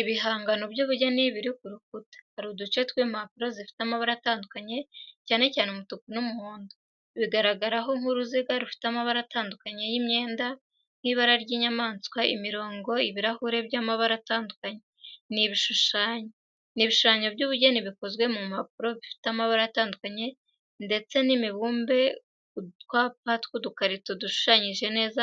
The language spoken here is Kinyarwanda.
Ibihangano by’ubugeni biri ku rukuta. Hari uduce tw’impapuro zifite amabara atandukanye, cyane cyane umutuku n’umuhondo, bigaragaraho nk'uruziga rufite amabara atandukanye y’imyenda nk'ibara ry’inyamanswa, imirongo, ibirahure by’amabara atandukanye, n’ibishushanyo. Ni ibishushanyo by’ubugeni bikozwe ku mpapuro bifite amabara atandukanye ndetse n’imibumbe uducyapa tw’udukarito dushushanyije neza